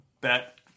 bet